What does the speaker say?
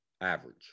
average